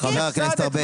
הפסדת,